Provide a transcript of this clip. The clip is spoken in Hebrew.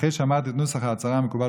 אחרי שאמרת את נוסח ההצהרה המקובל